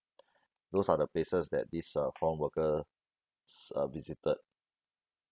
those are the places that these uh foreign workers uh visited